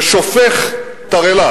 ושופך תרעלה,